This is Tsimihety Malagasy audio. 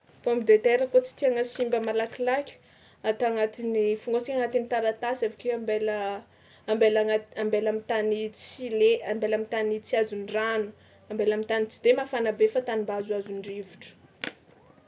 Pomme de terre kôa tsy tianà simba malakilaky, ata anatin'ny fognôsina anatin'ny taratasy avy ake ambela ambela anat- ambela am'tany tsy le- ambela am'tany tsy azon'ny rano, ambela am'tany tsy de mafana be fa tany mba azoazon'ny rivotra.